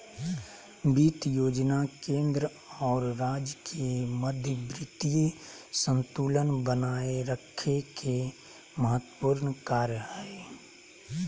वित्त योजना केंद्र और राज्य के मध्य वित्तीय संतुलन बनाए रखे के महत्त्वपूर्ण कार्य हइ